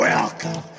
Welcome